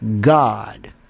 God